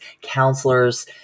Counselors